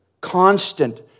constant